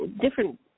different